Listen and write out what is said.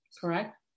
correct